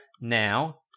now